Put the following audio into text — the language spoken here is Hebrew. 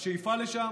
השאיפה לשם,